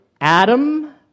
Adam